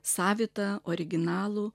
savitą originalų